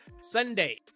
Sunday